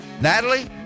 Natalie